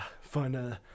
fun